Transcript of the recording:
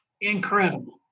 incredible